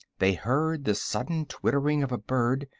they heard the sudden twittering of a bird,